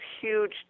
huge